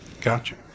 Gotcha